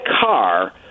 car